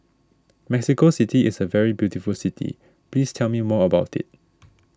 Mexico City is a very beautiful city please tell me more about it